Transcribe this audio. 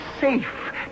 safe